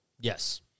Yes